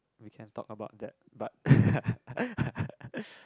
we can talk about that but